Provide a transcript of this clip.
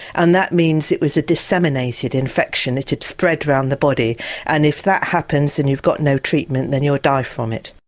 and that means it was a disseminated infection, it had spread around the body and if that happens and you've got no treatment then you'll die from it.